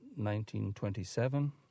1927